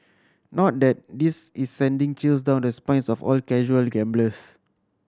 not that this is sending chills down the spines of all casual gamblers